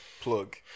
plug